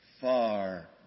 far